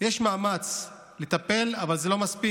יש מאמץ לטפל, אבל זה לא מספיק.